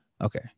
okay